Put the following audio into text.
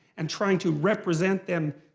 and trying to represent them,